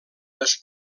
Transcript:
les